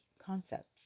concepts